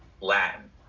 Latin